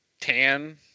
tan